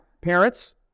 parents